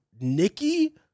Nikki